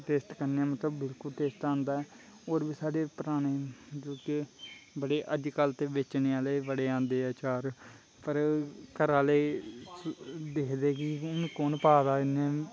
taste करने आं मतलब बिल्कुल टेस्ट आंदा ऐ होर बी साढ़े पराने जेह्के बड़े अजकल्ल ते बेचने आह्ले बड़े आंदे अचार पर घर आह्ले दिखदे कि कु'न पा दा